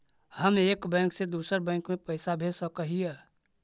हम एक बैंक से दुसर बैंक में पैसा भेज सक हिय?